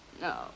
No